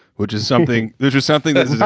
which is something there's just something that's not